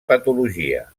patologia